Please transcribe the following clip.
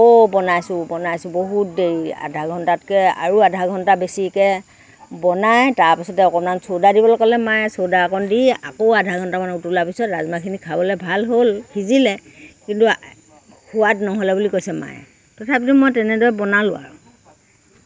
আকৌ বনাইছোঁ বনাইছোঁ বহুত দেৰি আধা ঘণ্টাতকৈ আৰু আধা ঘণ্টা বেছিকৈ বনাই তাৰ পিছতে অকণমান চৌদা দিবলৈ ক'লে মায়ে চৌদা অকণ দি আকৌ আধা ঘণ্টামান উতলোৱাৰ পিছত ৰাজমাহখিনি খাবলৈ ভাল হ'ল সিজিলে কিন্তু সোৱাদ নহ'লে বুলি কৈছে মায়ে তথাপিতো মই তেনেদৰে বনালোঁ আৰু